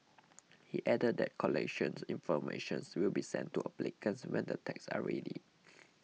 he added that collection information will be sent to applicants when the tags are ready